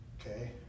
Okay